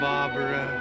Barbara